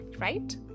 Right